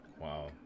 Wow